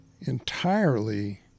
entirely